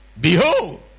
Behold